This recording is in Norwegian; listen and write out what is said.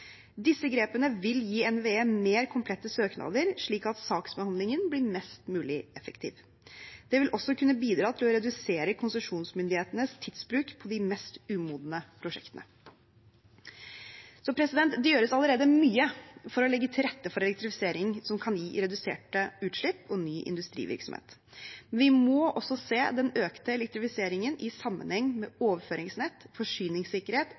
Disse grepene vil gi NVE mer komplette søknader, slik at saksbehandlingen blir mest mulig effektiv. Det vil også kunne bidra til å redusere konsesjonsmyndighetenes tidsbruk på de mest umodne prosjektene. Så det gjøres allerede mye for å legge til rette for elektrifisering som kan gi reduserte utslipp og ny industrivirksomhet, men vi må også se den økte elektrifiseringen i sammenheng med overføringsnett, forsyningssikkerhet